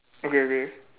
okay okay